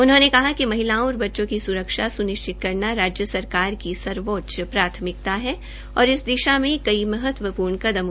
उन्होंने कहा कि महिलाओं और बच्चों की स्रक्षा स्निश्चित करना राज्य सरकार की सर्वोच्च प्राथमिकता है और इस दिशा में कई महत्वपूर्ण कदम उठाए गए हैं